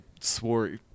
swore